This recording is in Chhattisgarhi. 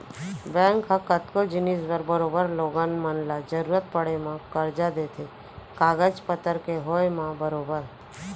बैंक ह कतको जिनिस बर बरोबर लोगन मन ल जरुरत पड़े म करजा देथे कागज पतर के होय म बरोबर